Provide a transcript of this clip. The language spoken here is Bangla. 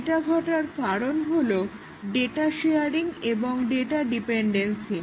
এটা ঘটার কারণ হলো ডাটা শেয়ারিং এবং ডাটা ডিপেন্ডেন্সি